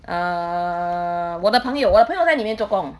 err 我的朋友我的朋友在里面做工